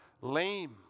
lame